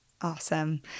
Awesome